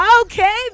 Okay